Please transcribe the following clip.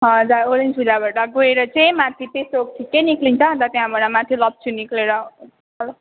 हजुर ओरेन्ज भिल्लाबाट गएर चाहिँ माथि पेसोक छिट्टै निस्किन्छ अन्त त्यहाँबाट माथि लप्चू निस्केर जानुपर्छ